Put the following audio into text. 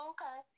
Okay